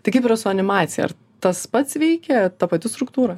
tai kaip yra su animacija ar tas pats veikia ta pati struktūra